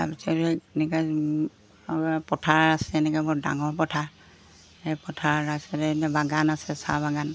তাৰপিছত সেই এনেকৈ পথাৰ আছে এনেকৈ বহুত ডাঙৰ পথাৰ সেই পথাৰ তাৰপিছতে এনেকৈ বাগান আছে চাহ বাগান